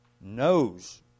knows